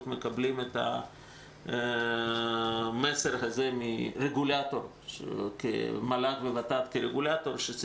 מקבלים את המסר הזה ממל"ג וות"ת כרגולטור שאומרים,